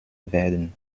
werden